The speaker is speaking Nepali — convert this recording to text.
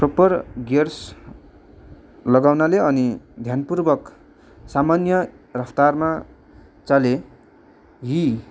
प्रोपर गियर्स लगाउनाले अनि ध्यानपूर्वक सामान्य रफ्तारमा चले यी